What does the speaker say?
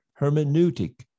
hermeneutic